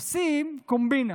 עושים קומבינה.